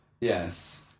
Yes